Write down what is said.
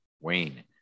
Wayne